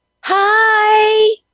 Hi